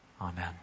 Amen